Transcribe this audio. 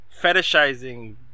fetishizing